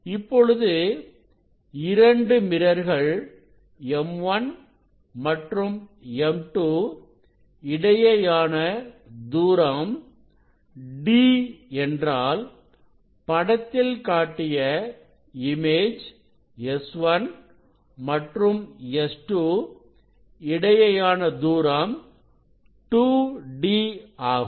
இப்பொழுது இரண்டு மிரர்கள் M1 மற்றும் M2 இடையேயான தூரம் d என்றால் படத்தில் காட்டிய இமேஜ் S1 மற்றும் S2 இடையேயான தூரம் 2d ஆகும்